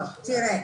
תראה,